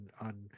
on